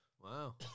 Wow